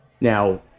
Now